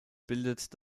bildet